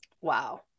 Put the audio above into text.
Wow